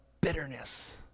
bitterness